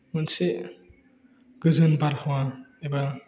मोनसे गोजोन बारहावा एबा